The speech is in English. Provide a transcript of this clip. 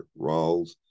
Rawls